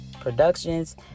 Productions